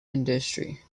industry